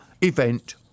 event